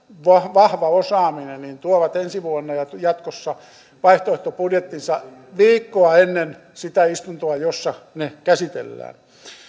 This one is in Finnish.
vahva osaaminen tuovat ensi vuonna ja jatkossa vaihtoehtobudjettinsa viikkoa ennen sitä istuntoa jossa ne käsitellään